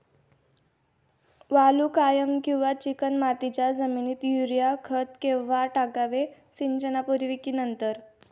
वालुकामय किंवा चिकणमातीच्या जमिनीत युरिया खत केव्हा टाकावे, सिंचनापूर्वी की नंतर?